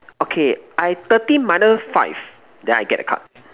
okay I thirteen minus five then I get the card